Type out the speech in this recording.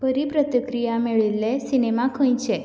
बरी प्रतिक्रीया मेळिल्ले सिनेमा खंयचे